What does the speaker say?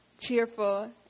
cheerful